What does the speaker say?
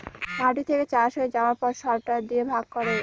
মাটি থেকে চাষ হয়ে যাবার পর সরটার দিয়ে ভাগ করে